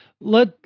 let